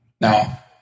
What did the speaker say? Now